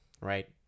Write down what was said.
right